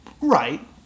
Right